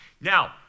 Now